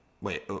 wait